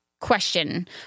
question